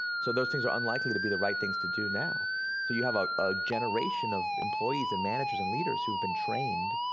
so those things are unlikely to be the right things to do now. so you have a generation of employees and managers and leaders who've been trained,